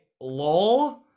lol